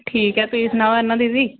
ਠੀਕ ਹੈ ਤੁਸੀਂ ਸੁਣਾਓ ਐਨਾ ਦੀਦੀ